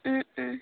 ও ও